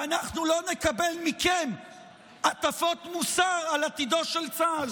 ואנחנו לא נקבל מכם הטפות מוסר על עתידו של צה"ל.